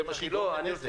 זה מה שיגרום לנזק.